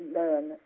learn